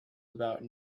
about